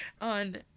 on